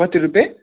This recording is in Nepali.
कति रुपियाँ